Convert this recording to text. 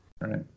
Right